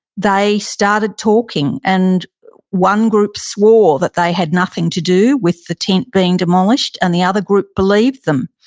they started talking. and one group swore that they had nothing to do with the tent being demolished, and the other group believed them.